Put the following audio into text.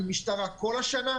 עם משטרה כל השנה,